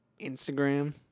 Instagram